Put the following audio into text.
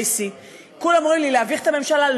C. כולם אומרים לי: להביך את הממשלה?